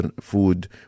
food